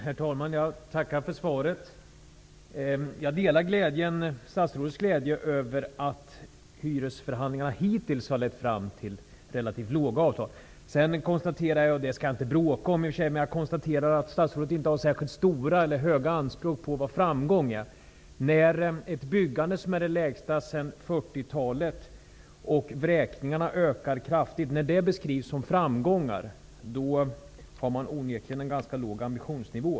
Herr talman! Jag tackar för svaret. Jag delar statsrådets glädje över att hyresförhandlingarna hittills har lett fram till relativt låga avtal. Jag skall i och för sig inte bråka, men jag konstaterar att statsrådet inte har särskilt höga anspråk på vad framgångar är. När den lägsta omfattningen på byggandet sedan 40-talet och ett kraftigt ökande antal vräkningar beskrivs som framgångar, har man onekligen en ganska låg ambitionsnivå.